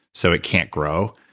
so it can't grow.